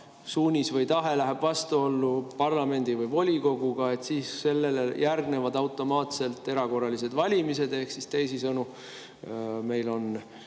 suunis või tahe läheb vastuollu parlamendi või volikogu [tahtega], siis sellele järgnevad automaatselt erakorralised valimised, ehk teisisõnu, meil on